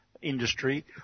Industry